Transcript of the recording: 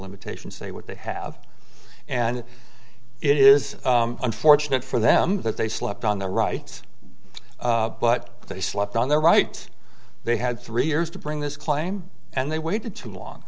limitation say what they have and it is unfortunate for them that they slept on the right but they slept on their right they had three years to bring this claim and they waited too long